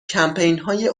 کمپینهای